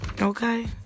Okay